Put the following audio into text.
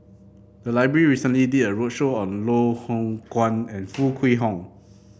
the library recently did a roadshow on Loh Hoong Kwan and Foo Kwee Horng